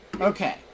Okay